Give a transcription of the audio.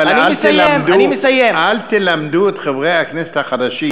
אבל אל תלמדו את חברי הכנסת החדשים